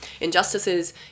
injustices